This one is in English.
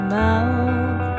mouth